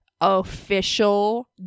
official